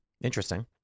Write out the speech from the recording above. Interesting